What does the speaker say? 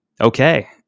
Okay